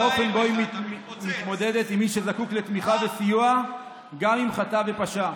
באופן שבו היא מתמודדת עם מי שזקוק לתמיכה וסיוע גם אם חטא ופשע.